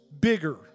bigger